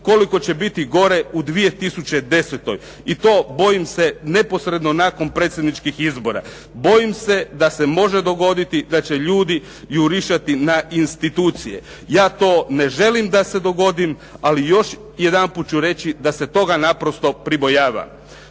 koliko će biti gore u 2010. I to bojim se neposredno nakon predsjedničkih izbora. Bojim se da se može dogoditi da će ljudi jurišati na institucije. Ja to ne želim da se dogodi, ali još jedanput ću reći da se toga naprosto pribojavam.